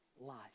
life